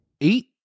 eight